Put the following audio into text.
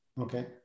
Okay